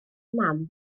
mam